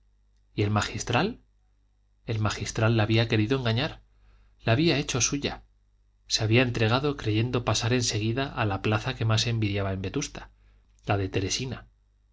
y el magistral el magistral la había querido engañar la había hecho suya ella se había entregado creyendo pasar en seguida a la plaza que más envidiaba en vetusta la de teresina